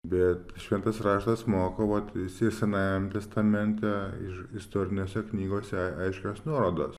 bet šventas raštas moko vat jisai senajam testamente iš istorinėse knygose aiškios nuorodos